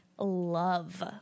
Love